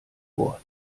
wort